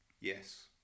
Yes